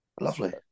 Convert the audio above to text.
Lovely